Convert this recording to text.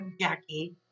Jackie